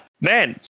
man